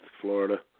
Florida